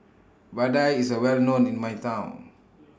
Vadai IS A Well known in My Town